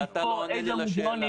אתה לא ענית לי על השאלה.